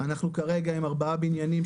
אנחנו כרגע עם ארבעה בניינים,